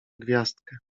gwiazdkę